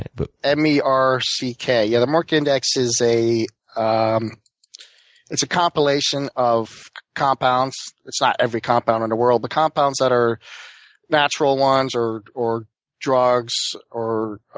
but m e r c k, yeah, the merck index is a um compilation of compounds. it's not every compound in the world. the compounds that are natural ones or or drugs or or